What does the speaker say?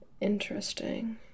Interesting